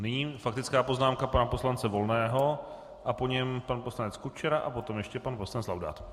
Nyní faktická poznámka pana poslance Volného a po něm pan poslanec Kučera a potom ještě pan poslanec Laudát.